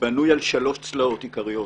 בנוי על שלוש צלעות עיקריות: